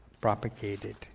propagated